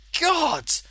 god